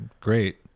great